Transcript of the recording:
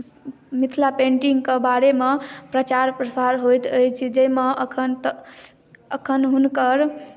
Mithila painting के बारे मे प्रचार प्रसार होइत अछि जाहिमे अखन अखन हुनकर